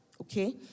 okay